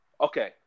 Okay